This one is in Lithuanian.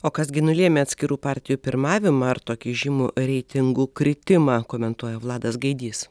o kas gi nulėmė atskirų partijų pirmavimą ar tokį žymų reitingų kritimą komentuoja vladas gaidys